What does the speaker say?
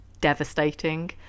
Devastating